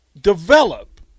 Develop